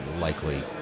likely